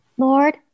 Lord